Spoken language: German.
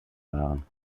waren